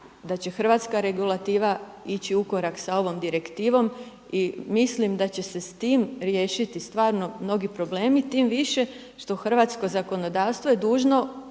da će hrvatska regulativa ići u korak sa ovom direktivom i mislim da će se s tim riješiti stvarno mnogi problemi, tim više što hrvatsko zakonodavstvo je dužno